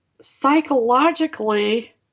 psychologically